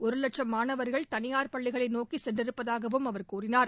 ஒரு லட்சம் மாணவர்கள் தனியார் பள்ளிகளை நோக்கி சென்றிருப்பதாகவும் அவர் கூறினார்